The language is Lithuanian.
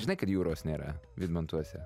žinai kad jūros nėra vidmantuose